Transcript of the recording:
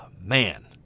man